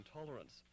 intolerance